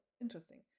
interesting